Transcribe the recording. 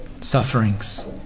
sufferings